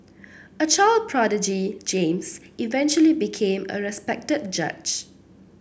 a child prodigy James eventually became a respected judge